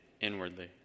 inwardly